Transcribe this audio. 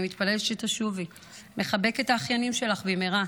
אני מתפללת שתשובי לחבק את האחיינים שלך במהרה,